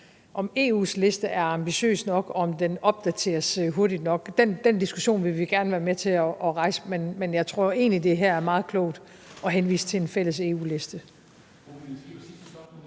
om EU's liste er ambitiøs nok, og om den opdateres hurtigt nok. Den diskussion vil vi gerne være med til at rejse, men jeg tror egentlig, at det er meget klogt her at henvise til en fælles EU-liste.